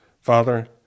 Father